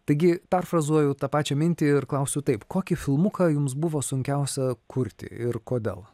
taigi perfrazuoju tą pačią mintį ir klausiu taip kokį filmuką jums buvo sunkiausia kurti ir kodėl